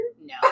No